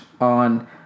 on